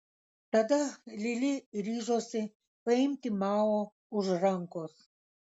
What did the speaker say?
tada lili ryžosi paimti mao už rankos